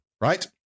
right